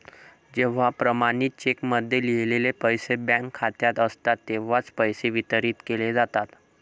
जेव्हा प्रमाणित चेकमध्ये लिहिलेले पैसे बँक खात्यात असतात तेव्हाच पैसे वितरित केले जातात